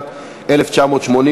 הרשויות המקומיות (בחירות) (תיקון,